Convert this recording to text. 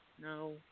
No